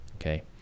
Okay